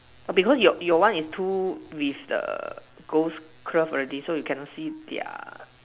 because your your one is two with the ghost glove already so you cannot see their